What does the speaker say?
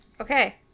Okay